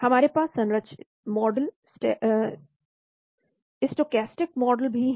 हमारे पास संरचित मॉडल स्टोकैस्टिक मॉडल भी है